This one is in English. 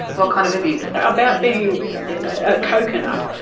what kind of abuse? about being a coconut,